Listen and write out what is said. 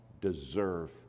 deserve